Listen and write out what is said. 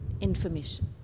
information